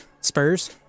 Spurs